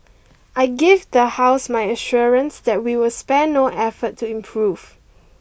I give the house my assurance that we will spare no effort to improve